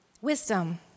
Wisdom